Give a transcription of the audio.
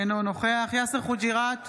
אינו נוכח יאסר חוג'יראת,